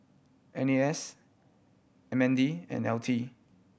N A S M N D and L T